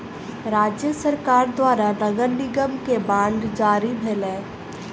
राज्य सरकार द्वारा नगर निगम के बांड जारी भेलै